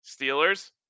Steelers